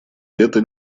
вето